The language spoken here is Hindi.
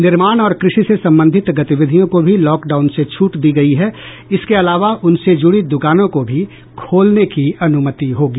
निर्माण और कृषि से संबंधित गतिविधियों को भी लॉकडाउन से छूट दीगयी है इसके अलावा उनसे जुड़ी दूकानों को भी खोलने की अनुमति होगी